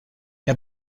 der